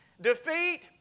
defeat